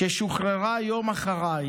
ששוחררה יום אחריי.